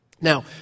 Now